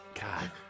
God